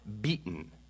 beaten